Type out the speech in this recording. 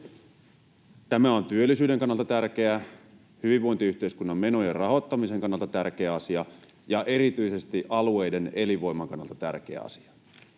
Tämä on työllisyyden kannalta tärkeää, hyvinvointiyhteiskunnan menojen rahoittamisen kannalta tärkeä asia ja erityisesti alueiden elinvoiman kannalta tärkeä asia.